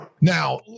Now